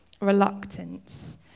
reluctance